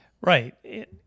right